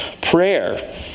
prayer